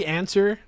answer